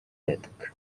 байдаг